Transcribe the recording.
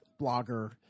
blogger